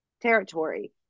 territory